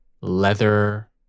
leather